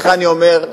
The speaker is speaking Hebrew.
לך אני אומר,